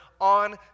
on